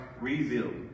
revealed